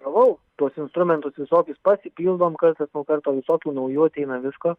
gavau tuos instrumentus visokius pasipildom kartas nuo karto visokių naujų ateina visko